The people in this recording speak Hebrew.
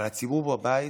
אבל הציבור בבית